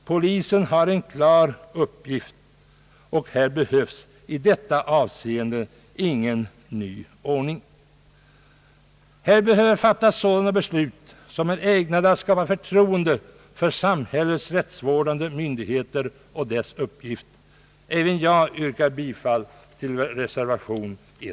Polisen har en klar uppgift. I detta avseende behövs ingen ny ordning. Här behöver fattas sådana beslut som är ägnade att skapa förtroende för samhällets rättsvårdande myndigheter och deras uppgifter. Även jag, herr talman, yrkar bifall till reservationen.